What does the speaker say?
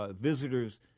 Visitors